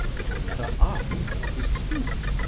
it will never argue or dispute.